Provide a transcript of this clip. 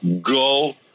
go